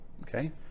Okay